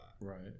right